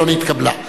לא נתקבלה.